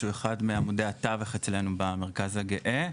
שהוא אחד מעמודי התווך אצלינו במרכז הגאה.